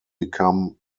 become